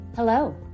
Hello